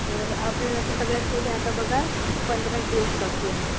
तर आपल्याला तर सगळ्यात पहिले आता बघा पंधराएक दिवस बाकी आहे